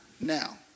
now